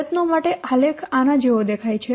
પ્રયત્નો માટે આલેખ આના જેવો દેખાય છે